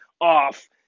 off